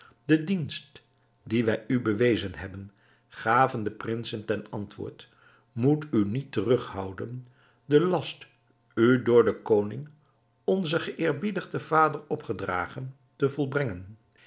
de dienst dien wij u bewezen hebben gaven de prinsen ten antwoord moet u niet terughouden den last u door den koning onzen geëerbiedigden vader opgedragen te volbrengen